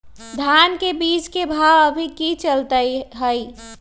धान के बीज के भाव अभी की चलतई हई?